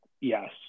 yes